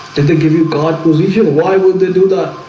did they give you god position? why would they do that?